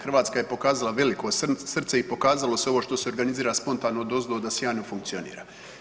Hrvatska je pokazala veliko srce i pokazalo se ovo što se organizira spontano odozdo da sjajno funkcionira.